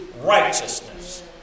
righteousness